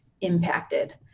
impacted